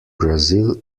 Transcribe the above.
brazil